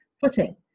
footing